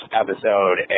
episode